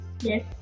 yes